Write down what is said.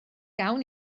gawn